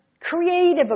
Creative